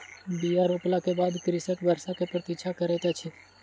बीया रोपला के बाद कृषक वर्षा के प्रतीक्षा करैत अछि